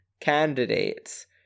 candidates